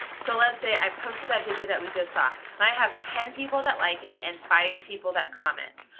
so let's say i posted that video that we just saw, and i have ten people that like it and five people that comment.